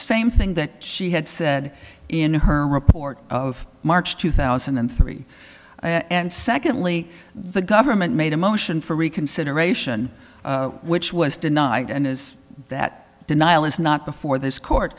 same thing that she had said in her report of march two thousand and three and secondly the government made a motion for reconsideration which was denied and is that denial is not before this court